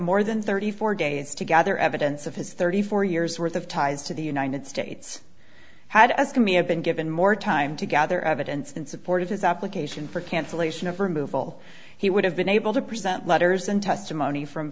more than thirty four days to gather evidence of his thirty four years worth of ties to the united states had asked me have been given more time to gather evidence in support of his application for cancellation of removal he would have been able to present letters and testimony from